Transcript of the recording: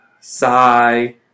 Sigh